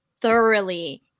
thoroughly